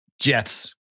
Jets